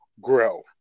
grow